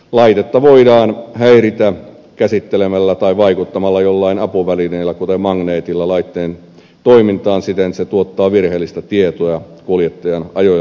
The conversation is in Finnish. laitetta voidaan häiritä käsittelemällä tai vaikuttamalla jollain apuvälineellä kuten magneetilla laitteen toimintaan siten että se tuottaa virheellistä tietoa kuljettajan ajo ja lepoajoista